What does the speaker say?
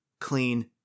clean